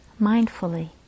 mindfully